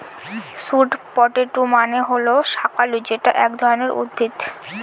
sweet potato মানে হল শাকালু যেটা এক ধরনের উদ্ভিদ